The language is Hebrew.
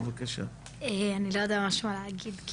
אני לא יודע ממש מה להגיד.